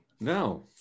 No